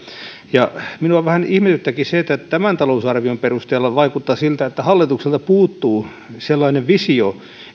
minua vähän ihmetyttääkin se että tämän talousarvion perusteella vaikuttaa siltä että hallitukselta puuttuu sellainen visio